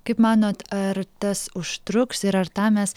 kaip manot ar tas užtruks ir ar tą mes